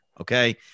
Okay